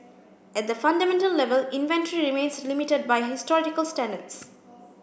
at the fundamental level inventory remains limited by historical standards